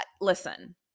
listen